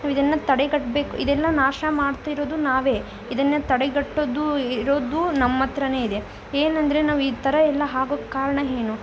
ಇದನ್ನು ತಡೆಗಟ್ಟಬೇಕು ಇದೆಲ್ಲ ನಾಶ ಮಾಡ್ತಿರೋದು ನಾವೇ ಇದನ್ನು ತಡೆಗಟ್ಟೋದು ಇರೋದು ನಮ್ಮ ಹತ್ರನೇ ಇದೆ ಏನಂದರೆ ನಾವು ಈ ಥರ ಎಲ್ಲ ಆಗೋಕ್ ಕಾರಣ ಏನು